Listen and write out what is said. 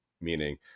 meaning